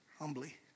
Humbly